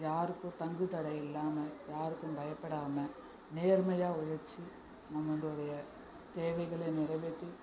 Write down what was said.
யாருக்கும் தங்கு தடையில்லால்ம யாருக்கும் பயப்படாமல் நேர்மையாக உழைச்சு நம்மளுடைய தேவைகளை நிறைவேற்றி